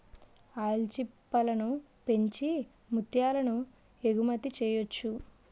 ఆల్చిప్పలను పెంచి ముత్యాలను ఎగుమతి చెయ్యొచ్చు